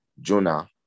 Jonah